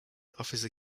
officer